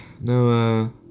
no